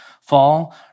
fall